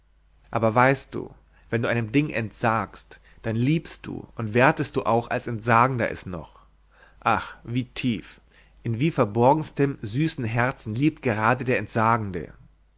aber weißt du wenn du einem ding entsagst dann liebst du und wertest du auch als entsagender es noch ach wie tief in wie verborgenstem süßestem herzen liebt gerade der entsagende